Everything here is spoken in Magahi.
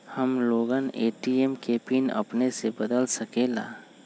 हम लोगन ए.टी.एम के पिन अपने से बदल सकेला?